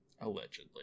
Allegedly